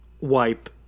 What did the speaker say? wipe